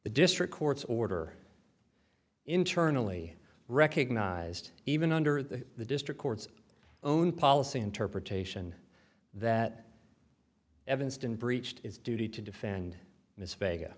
the district court's order internally recognized even under the the district court's own policy interpretation that evanston breached its duty to defend ms vega